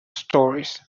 stories